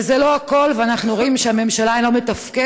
וזה לא הכול, אנחנו רואים שהממשלה אינה מתפקדת,